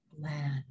land